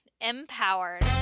empowered